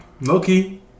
Loki